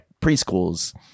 preschools